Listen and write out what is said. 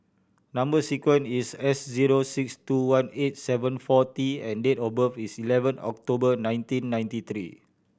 number sequence is S zero six two one eight seven four T and date of birth is eleven October nineteen ninety three